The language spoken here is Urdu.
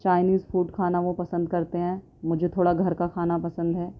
چائنیز فوڈ کھانا وہ پسند کرتے ہیں مجھے تھوڑا گھر کا کھانا پسند ہے